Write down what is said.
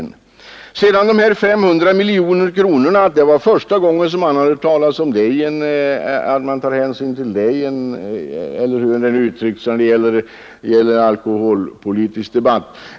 Herr Wärnberg sade vidare beträffande de 500 miljonerna att detta var första gången man i en alkoholpolitisk debatt i riksdagen hade motiverat en stor alkoholförtäring med statsfinansiella skäl.